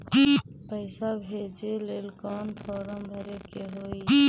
पैसा भेजे लेल कौन फार्म भरे के होई?